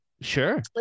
sure